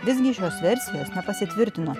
visgi šios versijos nepasitvirtino